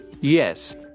Yes